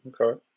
Okay